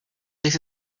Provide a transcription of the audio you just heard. this